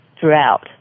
throughout